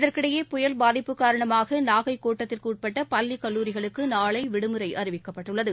இதற்கிடையே புயல் பாகிப்பு காரணமாகநாகைகோட்டத்திற்குஉட்பட்டபள்ளிகல்லூரிகளுக்குநாளைவிடுமுறைஅறிவிக்கப்பட்டுள்ளது